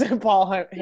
Paul